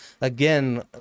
Again